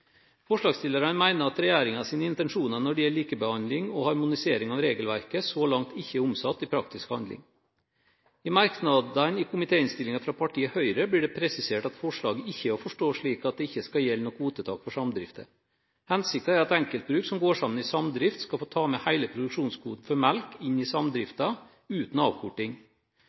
Forslagsstillerne mener at regjeringens intensjoner når det gjelder likebehandling og harmonisering av regelverket, så langt ikke er omsatt i praktisk handling. I merknadene i komitéinnstillingen fra partiet Høyre blir det presisert at forslaget ikke er å forstå slik at det ikke skal gjelde noe kvotetak for samdrifter. Hensikten er at enkeltbruk som går sammen i samdrift, skal få ta med hele produksjonskvoten for melk inn i samdriften uten avkorting.